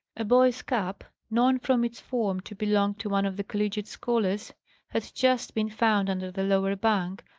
a boy's cap known, from its form, to belong to one of the collegiate scholars had just been found under the lower bank,